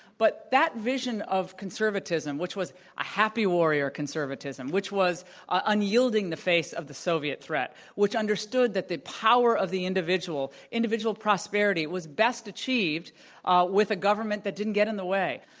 but that vision of conservatism, which was a happy warrior conservatism, which was unyielding in the face of the soviet threat, which understood that the power of the individual, individual prosperity, was best achieved with a government that didn't get in the way.